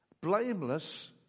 Blameless